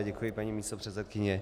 Děkuji, paní místopředsedkyně.